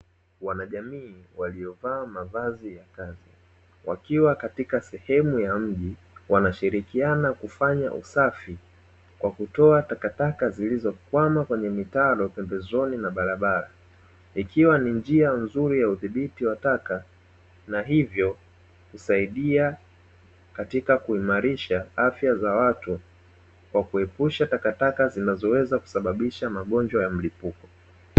Wanajamii waliovaa mavazi ya kazi wakiwa katika sehemu ya mji wanashirikiana kufanya usafi kwa kutoa takataka zilizokwama kwenye mitaro pembezoni na barabara ikiwa ni njia nzuri ya udhibiti wa taka na hivyo kusaidia katika kuimarisha afya za watu kwa kuepusha takataka zinazoweza kusababisha magonjwa ya mlipuko